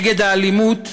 נגד האלימות,